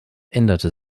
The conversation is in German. änderte